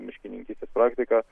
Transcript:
miškininkystės praktikas